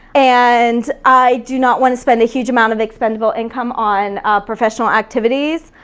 and i do not wanna spend a huge amount of expendable income on professional activities,